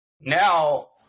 Now